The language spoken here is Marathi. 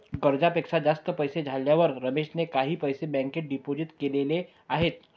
गरजेपेक्षा जास्त पैसे झाल्यावर रमेशने काही पैसे बँकेत डिपोजित केलेले आहेत